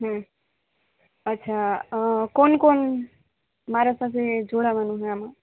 અચ્છા કોન કોન મારા પાસે જોડાવાનું હે આમાં